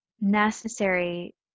necessary